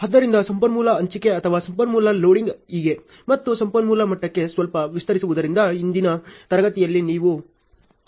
ಆದ್ದರಿಂದ ಸಂಪನ್ಮೂಲ ಹಂಚಿಕೆ ಅಥವಾ ಸಂಪನ್ಮೂಲ ಲೋಡಿಂಗ್ ಹೀಗೆ ಮತ್ತು ಸಂಪನ್ಮೂಲ ಮಟ್ಟಕ್ಕೆ ಸ್ವಲ್ಪ ವಿಸ್ತರಿಸುವುದರಿಂದ ಇಂದಿನ ತರಗತಿಯಲ್ಲಿ ನೀವು ಅರ್ಥಮಾಡಿಕೊಳ್ಳುವಿರಿ